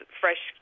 fresh